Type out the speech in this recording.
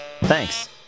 thanks